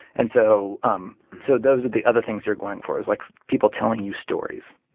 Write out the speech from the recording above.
and so um so those are the other things you're going for, is like people telling you stories.